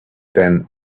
than